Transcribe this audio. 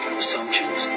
assumptions